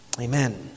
Amen